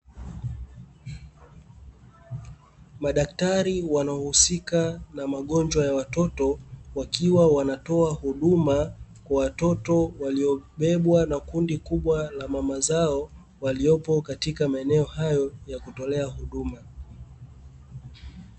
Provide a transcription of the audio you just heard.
Madaktari wanaohusika na magonjwa ya watoto wakiwa wanatoa huduma kwa watoto waliobebwa na kundi kubwa la mama zao waliopo katika maeneo hayo ya kutolea huduma.